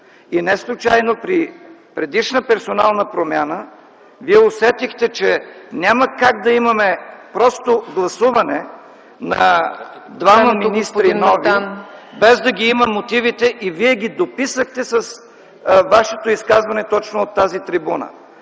И неслучайно при предишна персонална промяна Вие усетихте, че няма как да има просто гласуване на двама нови министри, без да ги има мотивите, и Вие ги дописахте с Вашето изказване точно от тази трибуна.